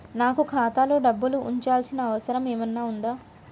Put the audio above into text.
నాకు ఖాతాలో డబ్బులు ఉంచాల్సిన అవసరం ఏమన్నా ఉందా?